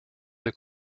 der